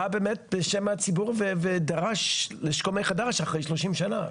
בא בשם הציבור ודרש לשקול מחדש אחרי 30 שנה,